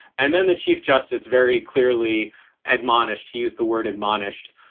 and then the chief justice very clearly admonished. he used the word admonished,